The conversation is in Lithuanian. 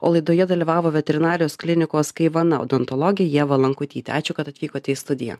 o laidoje dalyvavo veterinarijos klinikos kaivana odontologė ieva lankutytė ačiū kad atvykote į studiją